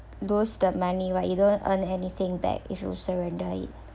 lose the money right you don't earn anything back if you surrender it